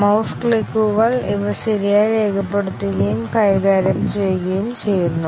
mouse ക്ലിക്കുകൾ ഇവ ശരിയായി രേഖപ്പെടുത്തുകയും കൈകാര്യം ചെയ്യുകയും ചെയ്യുന്നു